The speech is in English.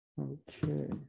Okay